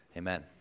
Amen